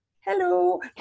hello